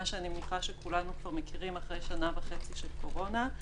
שאני מניחה שכולנו כבר מכירים אחרי שנה וחצי של קורונה.